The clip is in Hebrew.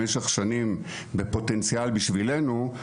כל המדריכות היו נשים אבל הקהל שלנו היה 99% גברים.